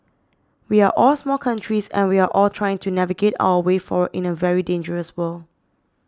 we are all small countries and we are all trying to navigate our way forward in a very dangerous world